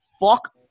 fuck